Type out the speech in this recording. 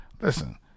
Listen